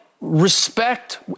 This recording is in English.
respect